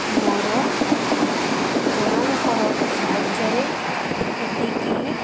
ମୋର ଜଣଙ୍କର ସାହାଯ୍ୟ ରେ ଏତିକି ହିଁ